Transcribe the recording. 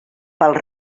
pels